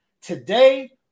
Today